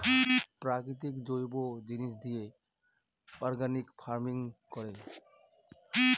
প্রাকৃতিক জৈব জিনিস দিয়ে অর্গানিক ফার্মিং করে